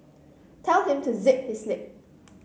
tell him to zip his lip